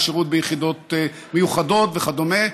לשירות ביחידות מיוחדות וכדומה,